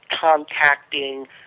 contacting